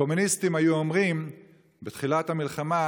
הקומוניסטים היו אומרים בתחילת המלחמה,